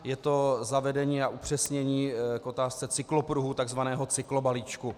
Je to zavedení a upřesnění k otázce cyklopruhu, takzvaného cyklobalíčku.